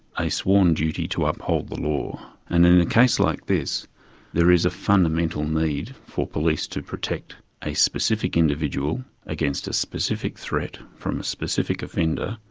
a sworn duty to uphold the law, and in a case like this there is a fundamental need for police to protect a specific individual against a specific threat from a specific offender,